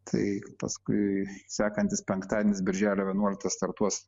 tai paskui sekantis penktadienis birželio vienuoliktą startuos